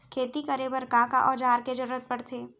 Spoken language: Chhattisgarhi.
खेती करे बर का का औज़ार के जरूरत पढ़थे?